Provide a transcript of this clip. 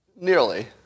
Nearly